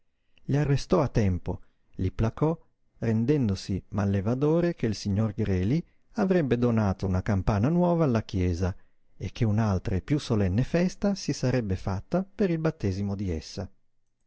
arrestò a tempo li placò rendendosi mallevadore che il signor greli avrebbe donato una campana nuova alla chiesa e che un'altra e piú solenne festa si sarebbe fatta per il battesimo di essa